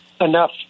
enough